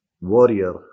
warrior